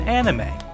anime